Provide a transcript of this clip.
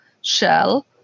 shell